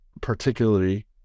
particularly